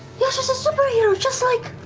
yasha's a superhero, just like